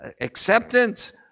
acceptance